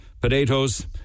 potatoes